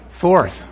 Fourth